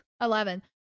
Eleven